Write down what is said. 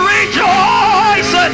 rejoice